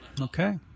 Okay